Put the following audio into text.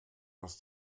aus